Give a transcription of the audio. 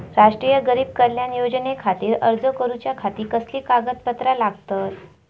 राष्ट्रीय गरीब कल्याण योजनेखातीर अर्ज करूच्या खाती कसली कागदपत्रा लागतत?